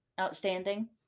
outstanding